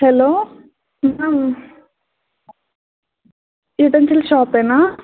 hello ma'am utensil షాపేనా